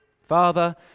Father